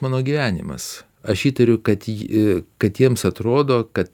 mano gyvenimas aš įtariu kad ji kad jiems atrodo kad